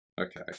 Okay